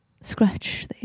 scratch